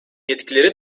yetkileri